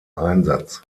einsatz